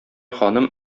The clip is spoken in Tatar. ханым